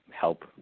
help